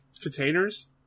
containers